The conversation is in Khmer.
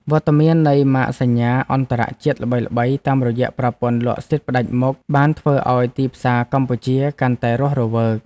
វត្តមាននៃម៉ាកសញ្ញាអន្តរជាតិល្បីៗតាមរយៈប្រព័ន្ធលក់សិទ្ធិផ្តាច់មុខបានធ្វើឱ្យទីផ្សារកម្ពុជាកាន់តែរស់រវើក។